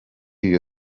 iyo